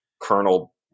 Colonel